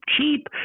cheap